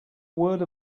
word